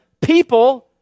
people